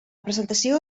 presentació